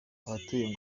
abatuye